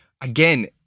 Again